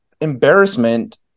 embarrassment